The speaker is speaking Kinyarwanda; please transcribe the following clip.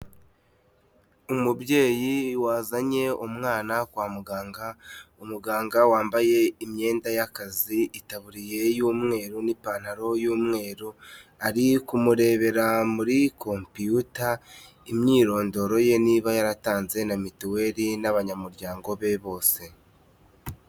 Umubyeyi wazanye umwana kwa muganga, umuganga wambaye imyenda y'akazi itaburiye y'umweru n'ipantaro y'umweru, ari kumurebera muri kompiyuta, imyirondoro ye niba yaratanze na mituweri n'abanyamuryango be bose.